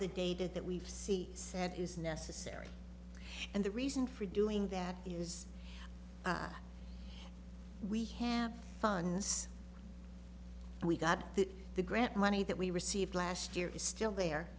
the data that we've see said is necessary and the reason for doing that is we have funds and we got the grant money that we received last year is still there